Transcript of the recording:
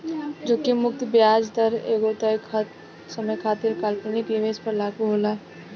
जोखिम मुक्त ब्याज दर एगो तय समय खातिर काल्पनिक निवेश पर लागू होला